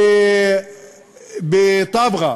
בטבחה,